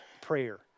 prayer